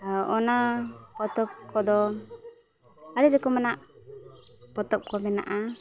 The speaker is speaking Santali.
ᱚᱱᱟ ᱯᱚᱛᱚᱵ ᱠᱚᱫᱚ ᱟᱹᱰᱤ ᱨᱚᱠᱚᱢᱟᱱᱟᱜ ᱯᱚᱛᱚᱵ ᱠᱚ ᱢᱮᱱᱟᱜᱼᱟ